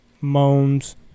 moans